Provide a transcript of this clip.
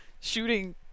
shooting